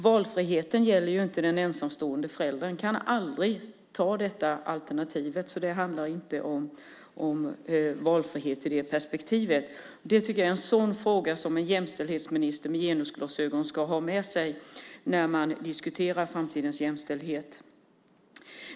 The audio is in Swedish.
Valfriheten gäller ju inte den ensamstående föräldern, som aldrig kan ta detta alternativ. Det är ingen valfrihet i det perspektivet. Detta tycker jag är en fråga som en jämställdhetsminister med genusglasögon ska ha med sig när man diskuterar framtidens jämställdhet.